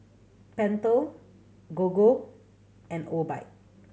Pentel Gogo and Obike